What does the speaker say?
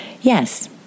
yes